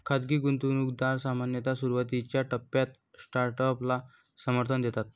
खाजगी गुंतवणूकदार सामान्यतः सुरुवातीच्या टप्प्यात स्टार्टअपला समर्थन देतात